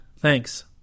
Thanks